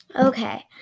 Okay